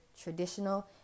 traditional